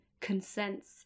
consents